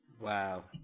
Wow